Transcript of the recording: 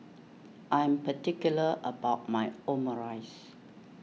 I am particular about my Omurice